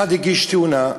אחד הגיש, תאונה,